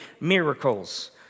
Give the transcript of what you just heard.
miracles